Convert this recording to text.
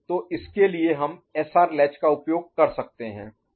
तो इसके लिए हम एसआर लैच का उपयोग कर सकते हैं